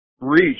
reach